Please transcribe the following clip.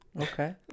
okay